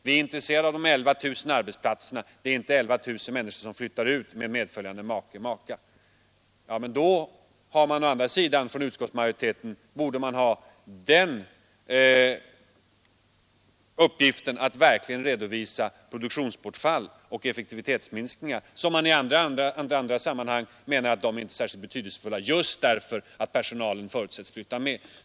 Vi är intresserade av de 11 000 arbetsplatserna; det är inte 11000 människor som flyttar ut med medföljande make/maka.” Men då borde utskottsmajoriteten verkligen redovisa produktionsbortfall och effektivitetsminskningar, som man i andra sammanhang menar inte är särskilt betydelsefulla just därför att personalen förutsätts flytta med.